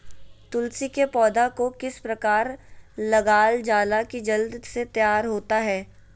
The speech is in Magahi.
तुलसी के पौधा को किस प्रकार लगालजाला की जल्द से तैयार होता है?